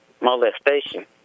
molestation